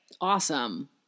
awesome